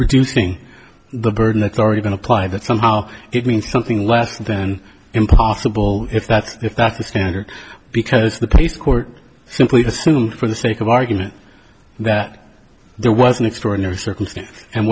reducing the burden that's already been applied that somehow it means something less than impossible if that's if that's the standard because the case court simply assume for the sake of argument that there was an extraordinary circumstance and